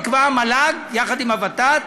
יקבע המל"ג יחד עם הוות"ת,